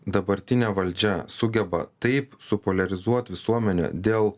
dabartinė valdžia sugeba taip su poliarizuot visuomenę dėl